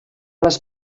les